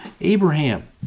Abraham